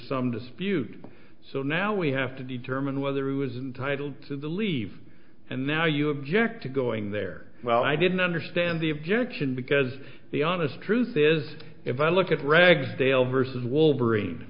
some dispute so now we have to determine whether he was entitle to believe and now you object to going there well i didn't understand the objection because the honest truth is if i look at ragsdale versus wolverine